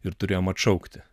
ir turėjom atšaukti